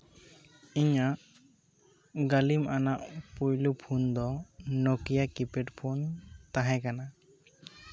ᱤᱧᱟᱹᱜ ᱜᱟᱹᱞᱤᱢ ᱟᱱᱟᱜ ᱯᱳᱭᱞᱳ ᱯᱷᱳᱱ ᱫᱚ ᱱᱳᱠᱤᱭᱟ ᱠᱤᱯᱮᱰ ᱯᱷᱳᱱ ᱛᱟᱦᱮᱸ ᱠᱟᱱᱟ